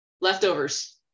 leftovers